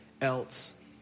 else